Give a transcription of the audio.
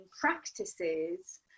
practices